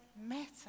matter